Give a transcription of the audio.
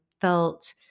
felt